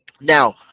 Now